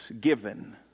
given